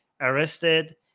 arrested